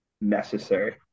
necessary